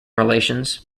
relations